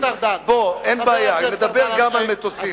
חבר הכנסת ארדן, אין בעיה, נדבר גם על מטוסים.